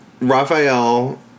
Raphael